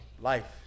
life